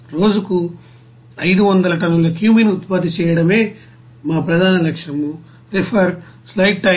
రోజుకు 500 టన్నుల క్యూమెన్ ఉత్పత్తి చేయడమే మా ప్రధాన లక్ష్యం